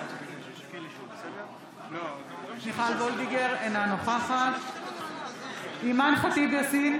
בעד מיכל וולדיגר, אינה נוכחת אימאן ח'טיב יאסין,